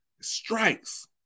strikes